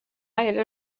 era